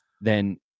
Then-